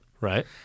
Right